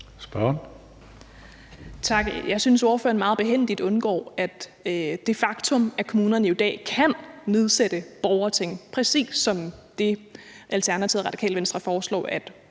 (ALT): Tak. Jeg synes, at ordføreren meget behændigt undgår det faktum, at kommunerne jo i dag kan nedsætte borgerting – præcis som det, Alternativet og Radikale Venstre foreslår